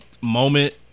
moment